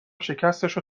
شکستشو